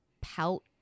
pout